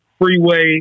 freeway